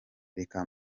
reka